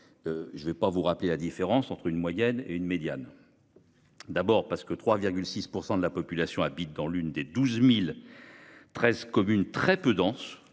Je ne vais pas vous rappeler la différence entre une moyenne et une médiane. D'abord parce que 3,6% de la population habitent dans l'une des 12.013 communes très peu dense